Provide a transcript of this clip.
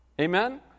Amen